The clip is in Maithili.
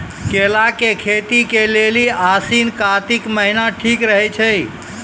केला के खेती के लेली आसिन कातिक महीना ठीक रहै छै